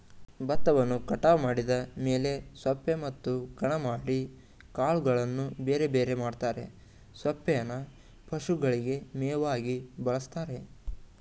ಬತ್ತವನ್ನು ಕಟಾವು ಮಾಡಿದ ಮೇಲೆ ಸೊಪ್ಪೆ ಮತ್ತು ಕಣ ಮಾಡಿ ಕಾಳುಗಳನ್ನು ಬೇರೆಬೇರೆ ಮಾಡ್ತರೆ ಸೊಪ್ಪೇನ ಪಶುಗಳಿಗೆ ಮೇವಾಗಿ ಬಳಸ್ತಾರೆ